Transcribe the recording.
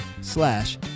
slash